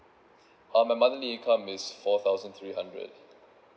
uh my monthly income is four thousand three hundred